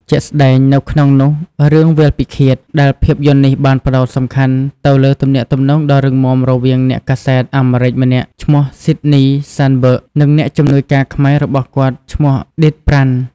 ជាក់ស្តែងនៅក្នុងនោះ រឿង វាលពិឃាត ដែលភាពយន្តនេះបានផ្តោតសំខាន់ទៅលើទំនាក់ទំនងដ៏រឹងមាំរវាងអ្នកកាសែតអាមេរិកម្នាក់ឈ្មោះ ស៊ីដនី សានបឺក និងអ្នកជំនួយការខ្មែររបស់គាត់ឈ្មោះ ឌីត ប្រាន់។